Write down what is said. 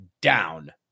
down